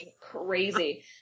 crazy